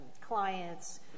clients